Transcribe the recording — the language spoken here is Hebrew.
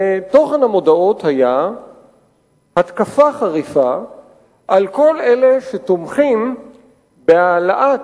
ותוכן המודעות היה התקפה חריפה על כל אלה שתומכים בהעלאת